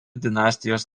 dinastijos